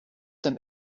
them